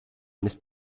eines